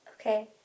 okay